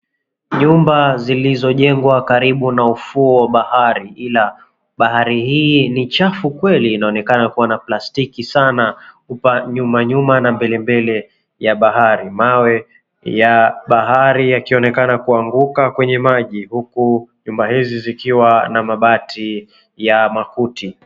Nyumba zilizojengwa karibu na ufuo wa bahari ila bahari hii ni chafu kweli. Inaonekana kuwa na plastiki sana nyumanyuma na mbelembele ya bahari. Mawe ya bahari yakionekana kuanguka kwenye maji. Huku nyumba hizi zikiwa na mabati ya makuti.